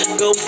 go